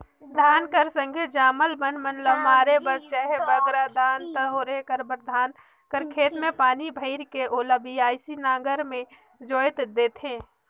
धान कर संघे जामल बन मन ल मारे बर चहे बगरा धान ल थोरहे करे बर धान कर खेत मे पानी भइर के ओला बियासी नांगर मे जोएत देथे